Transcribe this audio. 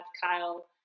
Kyle